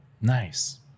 Nice